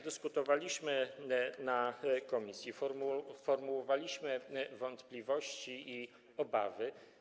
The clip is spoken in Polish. Dyskutowaliśmy w komisji, formułowaliśmy wątpliwości i obawy.